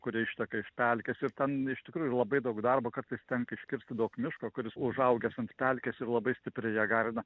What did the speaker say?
kur išteka iš pelkės ir ten iš tikrųjų labai daug darbo kartais tenka iškirsti daug miško kuris užaugęs ant pelkės ir labai stipriai ją garina